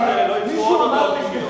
מישהו אמר לך "בוגד"?